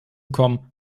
kommen